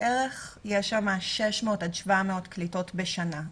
יש שם בערך 600 עד 700 קליטות בשנה,